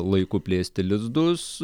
laiku plėsti lizdus